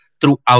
throughout